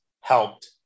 helped